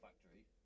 Factory